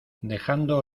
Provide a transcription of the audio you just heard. dejando